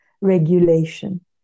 regulation